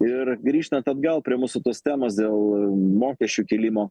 ir grįžtant atgal prie mūsų tos temos dėl mokesčių kėlimo